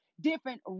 different